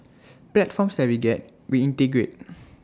platforms that we get we integrate